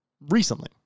Recently